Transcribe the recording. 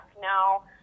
Now